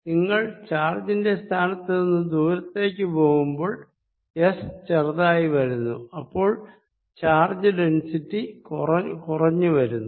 നിങ്ങൾ ചാർജിന്റെ സ്ഥാനത്തു നിന്നും ദൂരത്തേക്ക് പോകുമ്പോൾ s ചെറുതായി വരുന്നു അപ്പോൾ ചാർജ് ഡെൻസിറ്റി കുറഞ്ഞു വരുന്നു